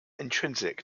intrinsic